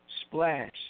Splash